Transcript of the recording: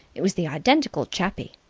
it was the identical chappie.